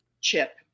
chip